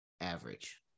average